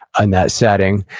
on that setting.